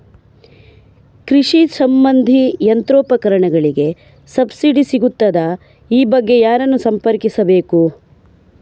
ಕೃಷಿ ಸಂಬಂಧಿ ಯಂತ್ರೋಪಕರಣಗಳಿಗೆ ಸಬ್ಸಿಡಿ ಸಿಗುತ್ತದಾ? ಈ ಬಗ್ಗೆ ಯಾರನ್ನು ಸಂಪರ್ಕಿಸಬೇಕು?